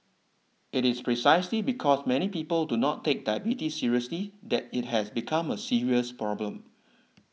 it is precisely because many people do not take diabetes seriously that it has become a serious problem